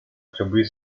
trebui